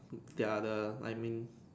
they are the I mean